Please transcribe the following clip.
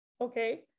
okay